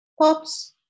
Pops